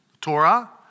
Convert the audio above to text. Torah